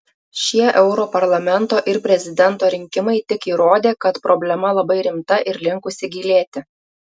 šie europarlamento ir prezidento rinkimai tik įrodė kad problema labai rimta ir linkusi gilėti